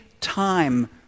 time